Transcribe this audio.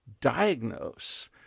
diagnose